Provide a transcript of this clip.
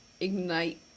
ignite